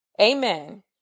Amen